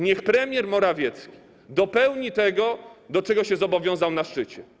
Niech premier Morawiecki dopełni tego, do czego się zobowiązał na szczycie.